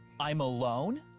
i'm alone.